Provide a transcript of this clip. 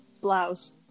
blouse